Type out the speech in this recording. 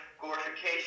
glorification